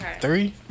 Three